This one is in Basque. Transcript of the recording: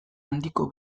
handiko